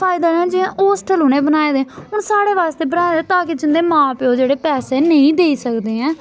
फायदा लैना जि'यां होस्टल उ'नें बनाए दे हून साढ़े बास्तै बनाए दे तां कि जिं'दे मां प्यो जेह्ड़े पैसे नेईं देई सकदे ऐ